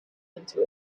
into